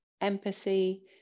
empathy